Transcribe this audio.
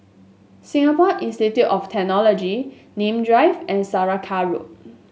Singapore Institute of Technology Nim Drive and Saraca Road